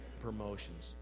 promotions